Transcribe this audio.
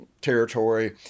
territory